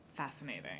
Fascinating